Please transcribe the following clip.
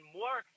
more